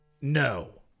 no